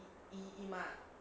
姨姨妈啊